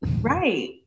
Right